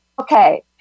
okay